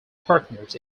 partners